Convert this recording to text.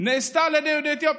נעשה על ידי יהודי אתיופיה.